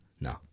No